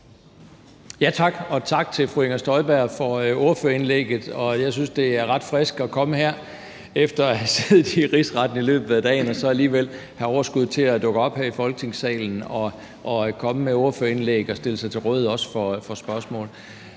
tak til fru Inger Støjberg for indlægget. Jeg synes, det er ret frisk at komme her efter at have siddet i Rigsretten i løbet af i dag og så alligevel have overskud til at dukke op her i Folketingssalen og komme med et indlæg og også stille sig til rådighed for spørgsmål.